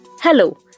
Hello